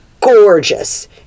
gorgeous